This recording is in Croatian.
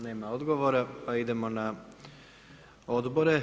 Nema odgovora pa idemo na odbore.